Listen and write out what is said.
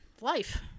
life